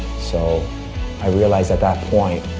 so i realized at that point,